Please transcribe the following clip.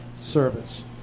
service